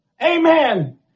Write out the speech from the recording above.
Amen